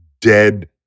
dead